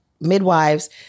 midwives